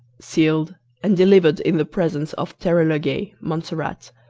sealed, and delivered in the presence of terrylegay, montserrat.